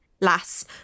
lass